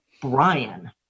brian